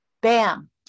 bam